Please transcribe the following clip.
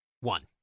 One